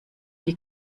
die